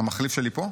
המחליף שלי פה?